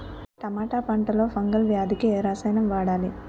టమాటా పంట లో ఫంగల్ వ్యాధికి ఏ రసాయనం వాడాలి?